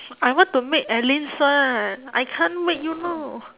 I want to make alyn's one I can't make you know